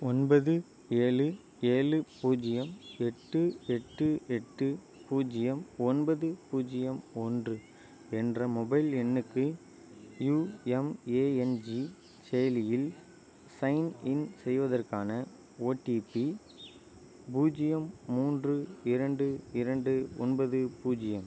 ஒன்பது ஏழு ஏழு பூஜ்ஜியம் எட்டு எட்டு எட்டு பூஜ்ஜியம் ஒன்பது பூஜ்ஜியம் ஒன்று என்ற மொபைல் எண்ணுக்கு யுஎம்ஏஎன்ஜி செயலியில் சைன் இன் செய்வதற்கான ஓடிபி பூஜ்ஜியம் மூன்று இரண்டு இரண்டு ஒன்பது பூஜ்ஜியம்